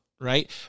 right